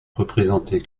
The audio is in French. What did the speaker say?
représentée